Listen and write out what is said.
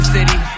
City